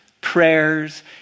prayers